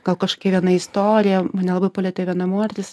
gal kažkokia viena istorija mane labai palietė viena moteris